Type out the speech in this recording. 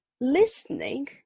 listening